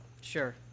Sure